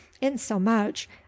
insomuch